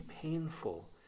painful